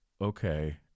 okay